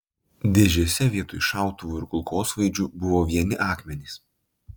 dėžėse vietoj šautuvų ir kulkosvaidžių buvo vieni akmenys